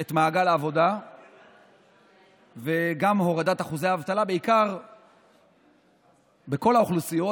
את מעגל העבודה וגם להוריד את אחוזי האבטלה בכל האוכלוסיות,